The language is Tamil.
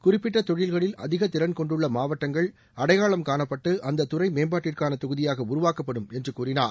குறிப்பிட்டத் தொழில்களில் அதிக திறன் கொண்டுள்ள மாவட்டங்கள் அடையாளம் காணப்பட்டு அந்தத்துறை மேம்பாட்டிற்கான தொகுதியாக உருவாக்கப்படும் என்று கூறினார்